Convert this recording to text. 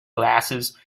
glasses